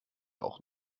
auch